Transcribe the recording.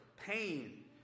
pain